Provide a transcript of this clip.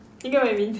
you get what I mean